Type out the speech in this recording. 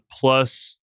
plus